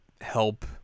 help